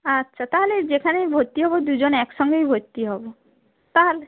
আচ্ছা তাহলে যেখানেই ভর্তি হব দুজন একসঙ্গেই ভর্তি হব তাহলে